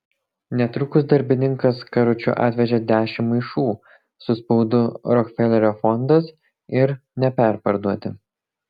netrukus darbininkas karučiu atvežė dešimt maišų su spaudu rokfelerio fondas ir neperparduoti